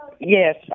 Yes